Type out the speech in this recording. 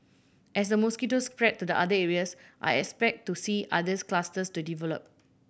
as the mosquitoes spread to the other areas I expect to see others clusters to develop